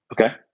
Okay